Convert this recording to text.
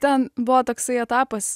ten buvo toksai etapas